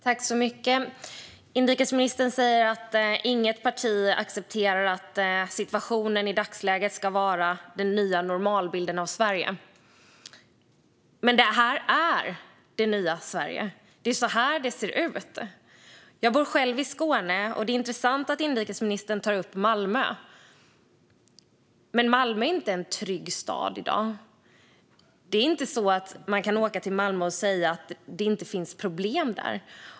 Fru talman! Inrikesministern säger att inget parti accepterar att situationen i dagsläget ska vara den nya normalbilden av Sverige. Men det här är det nya Sverige. Det är så här det ser ut. Jag bor själv i Skåne och tycker att det är intressant att inrikesministern tar upp Malmö. Malmö är inte en trygg stad i dag. Det är inte så att man kan åka till Malmö och säga att det inte finns problem där.